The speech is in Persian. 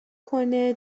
کنه